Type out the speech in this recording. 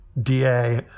da